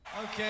Okay